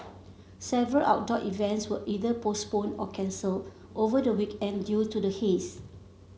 several outdoor events were either postponed or cancelled over the weekend due to the haze